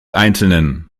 einzelnen